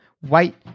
white